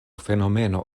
fenomeno